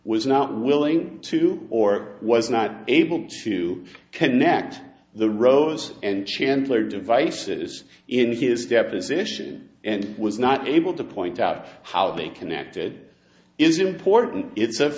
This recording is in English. was not willing to or was not able to connect the rose and chandler devices in his deposition and was not able to point out how they connected is important it's